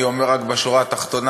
אני אומר רק שבשורה התחתונה,